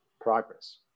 progress